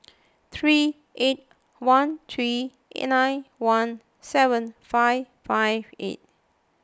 three eight one three nine one seven five five eight